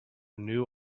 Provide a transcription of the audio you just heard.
new